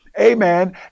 amen